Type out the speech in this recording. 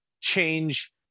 change